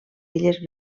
illes